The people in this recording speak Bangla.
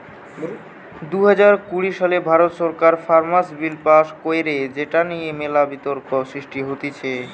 দুই হাজার কুড়ি সালে ভারত সরকার ফার্মার্স বিল পাস্ কইরে যেটা নিয়ে মেলা বিতর্ক সৃষ্টি হতিছে